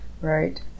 right